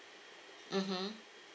mmhmm